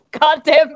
Goddamn